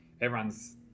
everyone's